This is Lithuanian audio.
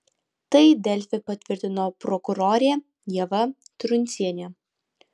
tai delfi patvirtino prokurorė ieva truncienė